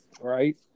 right